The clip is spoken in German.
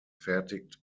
fertigt